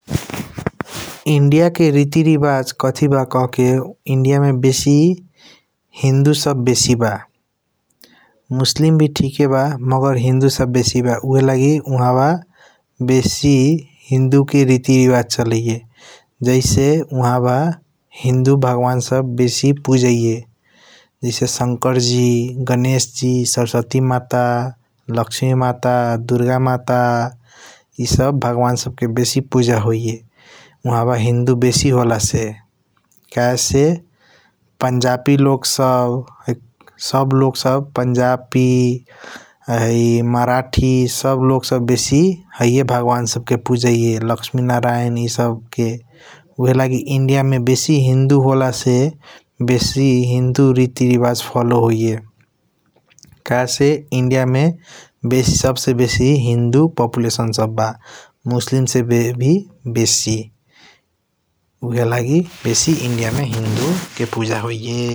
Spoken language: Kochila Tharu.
इंडिया के रीति रिवाज कथी ब कहके इंडिया मे बेसी हिन्दू सब बेसी बा मुस्लिम वी ठीके बा मगर हिन्दू सब बेसी बा । ऊहएलगी उहब हिन्दू के रीति रिवाज बेसी चलाइया जैसे उहब हिन्दू भगवान सब बेसी पुजाइया जैसे संकर जी । गणेश जी सर्वसती माता लक्ष्मी माता दुर्गा माता ए सब भगवान सब के बेसी पूजा होइया उहब हिन्दू बेसी हॉलसे । कहेसे पंजाबी लोग सब सब लोग सब पंजबी मारती सब लोग सब हैया भगवान सब से पूजाय है लक्ष्मी नारायण । ए सब के उहे लागि इंडिया मे बेसी हिन्दू हॉल से बेसी हिन्दू रीति रिवाज फॉलो होइया कहेसे इंडिया सब से बेसी हिन्दू । पाप्यलैशन सब बा मुसलिम सब से वी बेसी ऊहएलगी बेसी इंडिया मे हिन्दू के पूजा होइया ।